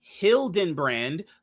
Hildenbrand